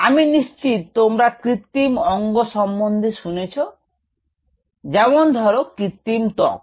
আমি নিশ্চিত তোমরা কৃত্রিম অঙ্গ সম্বন্ধে শুনেছো যেমন ধরো কৃত্তিম ত্বক